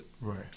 Right